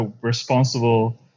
responsible